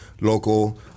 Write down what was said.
Local